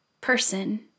person